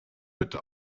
bitte